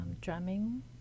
drumming